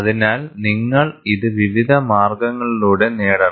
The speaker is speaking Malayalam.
അതിനാൽ നിങ്ങൾ ഇത് വിവിധ മാർഗങ്ങളിലൂടെ നേടണം